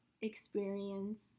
experience